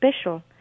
special